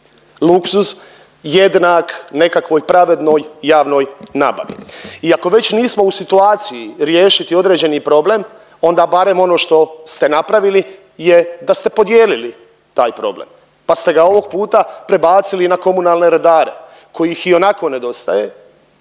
luksuz jednak nekakvoj pravednoj javnoj nabavi. I ako već nismo u situaciji riješiti određeni problem onda barem ono što ste napravili je da ste podijelili taj problem, pa ste ga ovog puta prebacili na komunalne redare kojih ionako nedostaje,